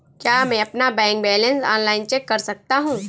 क्या मैं अपना बैंक बैलेंस ऑनलाइन चेक कर सकता हूँ?